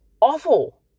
awful